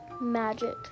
magic